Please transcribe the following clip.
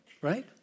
right